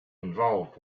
involved